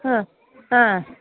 ಹಾಂ ಹಾಂ